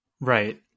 Right